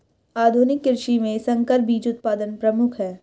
आधुनिक कृषि में संकर बीज उत्पादन प्रमुख है